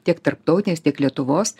tiek tarptautės tiek lietuvos